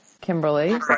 Kimberly